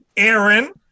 Aaron